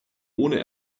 ohne